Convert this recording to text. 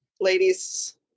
ladies